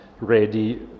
ready